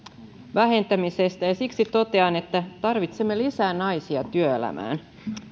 vähentämisestä ja siksi totean että tarvitsemme lisää naisia työelämään